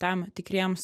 tam tikriems